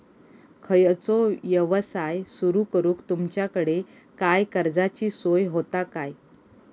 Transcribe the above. खयचो यवसाय सुरू करूक तुमच्याकडे काय कर्जाची सोय होता काय?